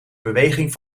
beweging